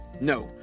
No